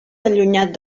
allunyat